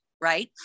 Right